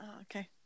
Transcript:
okay